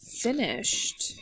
finished